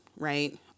Right